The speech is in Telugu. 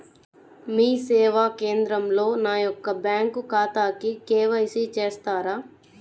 మీ సేవా కేంద్రంలో నా యొక్క బ్యాంకు ఖాతాకి కే.వై.సి చేస్తారా?